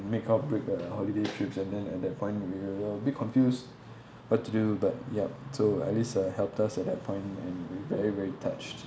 make out break a holiday trips and then at that point we were a bit confused what to do but yup so alice uh helped us at that point and we very very touched